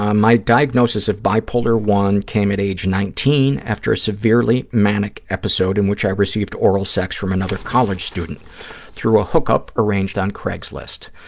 um my diagnosis of bipolar i came at age nineteen, after a severely manic episode in which i received oral sex from another college students through a hook-up arranged on craigslist.